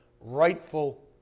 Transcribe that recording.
rightful